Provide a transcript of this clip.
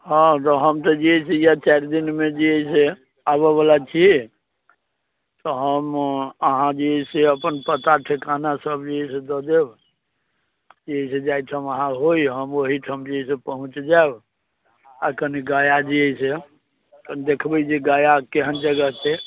हँ तऽ हम तऽ जे हइया चारि दिनमे जे अइ से आबऽ बला छियै तऽ हम अहाँ जे अइ से अपन पता ठेकाना सभ लिख कऽ देब जाहिसँ जाहि ठमा अहाँ होइ हम ओहिठाम जे छै से पहुँच जायब आ कनि गया जी से देखबै जे गया केहन जगह छै